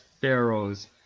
pharaohs